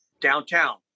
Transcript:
downtown